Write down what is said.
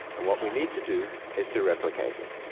and what we need to do is to replicate it.